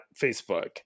Facebook